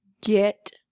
get